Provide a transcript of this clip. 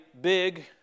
big